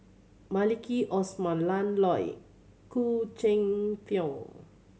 Maliki Osman Ian Loy Khoo Cheng Tiong